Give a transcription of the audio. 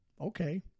okay